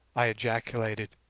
i ejaculated.